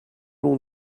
long